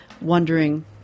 wondering